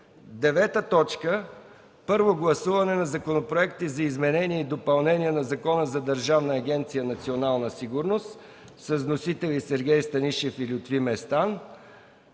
представители. 9. Първо гласуване на законопроекти за изменение и допълнение на Закона за Държавна агенция „Национална сигурност”. Вносители – Сергей Станишев и Лютви Местан;